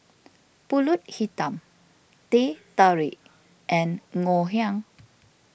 Pulut Hitam Teh Tarik and Ngoh Hiang